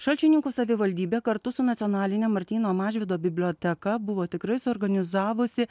šalčininkų savivaldybė kartu su nacionaline martyno mažvydo biblioteka buvo tikrai suorganizavusi